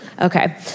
okay